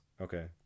Okay